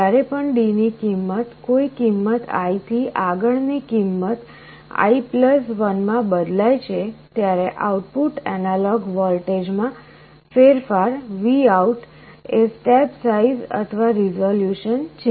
જ્યારે પણ D ની કિંમત કોઈ કિંમત i થી આગળની કિંમત i 1 માં બદલાય છે ત્યારે આઉટપુટ એનાલોગ વોલ્ટેજ માં ફેરફાર VOUT એ સ્ટેપ સાઈઝ અથવા રિઝોલ્યુશન છે